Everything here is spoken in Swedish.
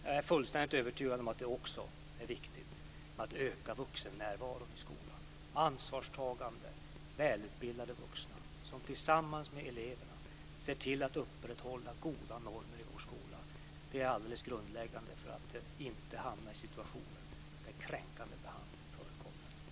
Jag är fullständigt övertygad om att det också är viktigt att öka vuxennärvaron i skolan. Ansvarstagande välutbildade vuxna ska tillsammans med eleverna se till att upprätthålla goda normer i vår skola. Det är alldeles grundläggande för att vi inte ska hamna i situationer där kränkande behandling förekommer.